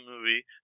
movie